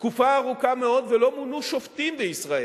תקופה ארוכה מאוד ולא מונו שופטים בישראל.